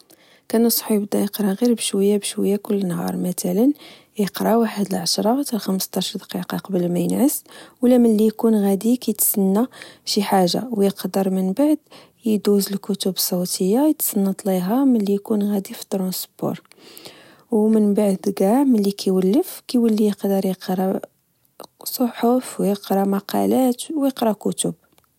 كنصحو بدا يقرا غير بشوية بشوية كل نهار مثلا يقرا واحد 10 15 دقيقه قبل ما ينعس ولا ملي يكون غادي كيتسنى شي حاجه ويقدر منبعد يدوز الكتب الصوتية يتصنت ليها ملي يكون غادي في طرونسبور ومنبعد كاع ملي كيولي كيولي يقدر يقرأ صحف ويقرا مقالات ويقرا كتب